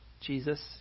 Jesus